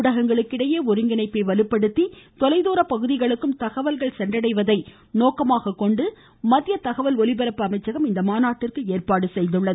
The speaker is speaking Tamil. ஊடகங்களுக்கிடையே ஒருங்கிணைப்பை வலுப்படுத்தி தொலை தூர பகுதிகளுக்கும் தகவல்கள் சென்றடைவதை நோக்கமாகக் கொண்டு மத்திய தகவல் ஒலிபரப்பு அமைச்சகம் இந்த மாநாட்டிற்கு ஏற்பாடு செய்துள்ளது